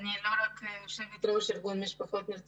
אני לא רק יושבת ראש ארגון נרצחות